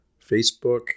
Facebook